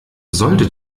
sollte